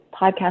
podcast